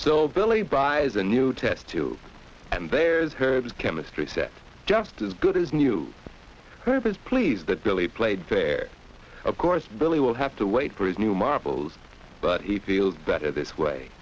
billy buys a new test too and there's her chemistry set just as good as new herb is pleased that billy played fair of course billy will have to wait for his new marbles but he feels better this way